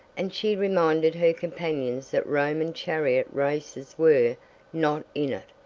and she reminded her companions that roman chariot races were not in it,